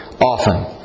often